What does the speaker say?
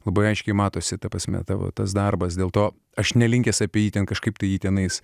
labai aiškiai matosi ta prasme tavo tas darbas dėl to aš nelinkęs apie jį ten kažkaip tai jį tenais